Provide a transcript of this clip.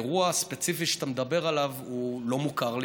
האירוע הספציפי שאתה מדבר עליו לא מוכר לי,